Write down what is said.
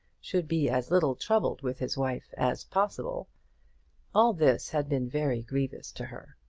should be as little troubled with his wife as possible all this had been very grievous to her.